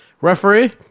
Referee